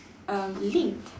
uh linked